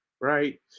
right